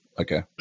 Okay